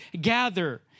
gather